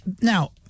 Now